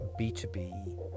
B2B